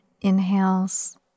inhales